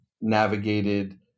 navigated